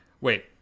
wait